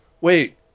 wait